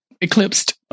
eclipsed